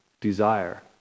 desire